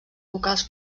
vocals